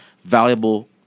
valuable